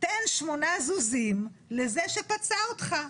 'תן שמונה זוזים לזה שפצע אותך.